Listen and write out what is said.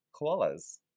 koalas